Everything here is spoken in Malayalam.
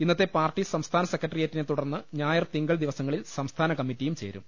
ഇന്നത്തെ പാർട്ടി സംസ്ഥാന സെക്രട്ടേറിയറ്റിനെ തുടർന്ന് ഞായർ തിങ്കൾ ദിവസങ്ങളിൽ സംസ്ഥാന കമ്മറ്റിയും ചേരും